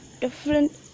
different